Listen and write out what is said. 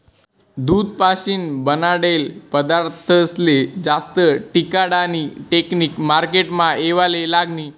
दूध पाशीन बनाडेल पदारथस्ले जास्त टिकाडानी टेकनिक मार्केटमा येवाले लागनी